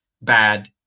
bad